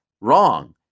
wrong